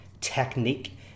technique